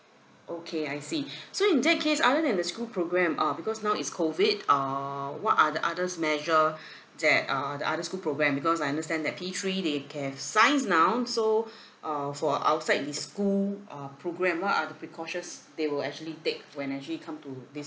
okay I see so in that case other than the school program uh because now is COVID err what are the others measure that uh the other school program because I understand that P three they can have science now so uh for outside the school uh program what are the precautions they will actually take when actually come to this